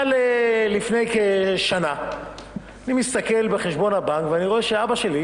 אבל לפני כשנה אני מסתכל בחשבון הבנק ואני רואה שאבא שלי,